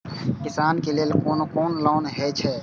किसान के लेल कोन कोन लोन हे छे?